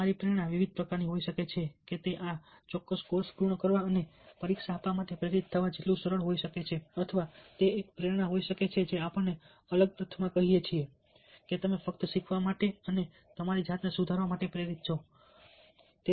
તમારી પ્રેરણા વિવિધ પ્રકારની હોઈ શકે છે તે આ કોર્સ પૂર્ણ કરવા અને પરીક્ષા આપવા માટે પ્રેરિત થવા જેટલું સરળ હોઈ શકે છે અથવા તે એક પ્રેરણા હોઈ શકે છે જે આપણે અલગ અર્થમાં કહીએ છીએ કે તમે ફક્ત શીખવા અને તમારી જાતને સુધારવા માટે પ્રેરિત છો ચોક્કસ રીતો દ્વારા